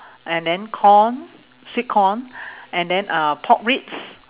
and then corn sweet corn and then uh pork ribs